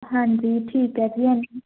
ਹਾਂਜੀ ਠੀਕ ਹੈ ਜੀ ਹਾਂਜੀ